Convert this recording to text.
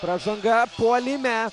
pražanga puolime